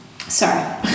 Sorry